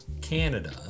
Canada